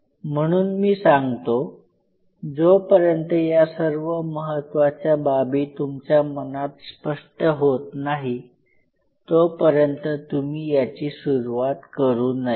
म्हणून मी सांगतो जोपर्यंत या सर्व महत्वाच्या बाबी तुमच्या मनात स्पष्ट होत नाही तोपर्यंत तुम्ही याची सुरुवात करू नये